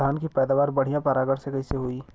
धान की पैदावार बढ़िया परागण से कईसे होई?